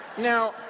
Now